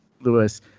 Lewis